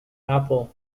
apple